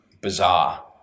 bizarre